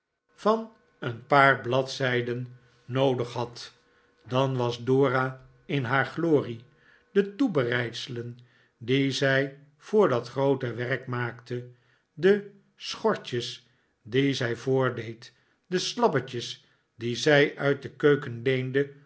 actie en paar bladzijden noodig had dan was dora in haar glorie de toebereidselen die zij voor dat groote werk maakte de schortjes die zij voordeed de slabtaetjes die zij uit de keuken